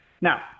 Now